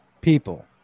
people